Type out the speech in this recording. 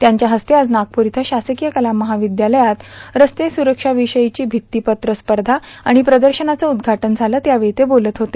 त्याच्या हस्ते आज नागपूर इथं शासकीय कला महाविद्यालयात रस्ते सुरक्षेविषयीची भित्तीपत्र स्पर्धा अणि प्रदर्शनाचं उद्घाटन झालं तेव्हा ते बोलत होते